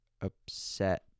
upset